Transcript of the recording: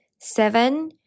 seven